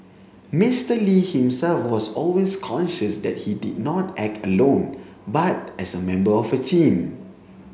Mister Lee himself was always conscious that he did not act alone but as a member of a team